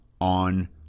on